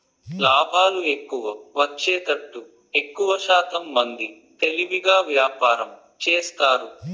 లాభాలు ఎక్కువ వచ్చేతట్టు ఎక్కువశాతం మంది తెలివిగా వ్యాపారం చేస్తారు